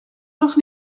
noch